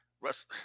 Russ